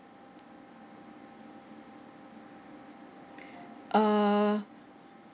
err